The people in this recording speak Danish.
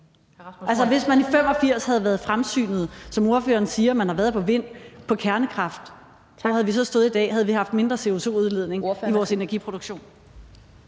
Hvis man i 1985 havde været fremsynet, som ordføreren siger man har været på vind, på kernekraft, havde vi i dag stået med mindre CO2-udledning i vores energiproduktion.